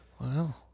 Wow